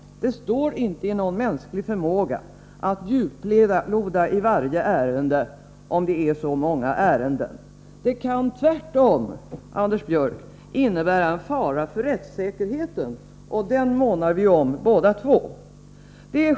Det står inte i någon mänsklig förmåga att djuploda i varje ärende om det är så många ärenden. Det kan tvärtom, Anders Björck, innebära en fara för rättssäkerheten, och den månar vi om båda två.